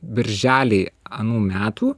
birželį anų metų